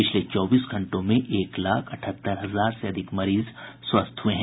पिछले चौबीस घंटों में एक लाख अठहत्तर हजार से अधिक मरीज स्वस्थ हुए हैं